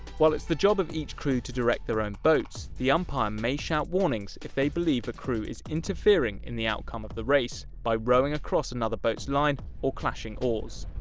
while it's the job of each crew to direct their own boats, the umpire may shout warnings if they believe a crew is interfering in the outcome of the race by rowing across another boat's line or clashing oars.